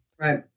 Right